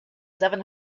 seven